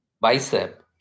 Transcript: bicep